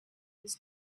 his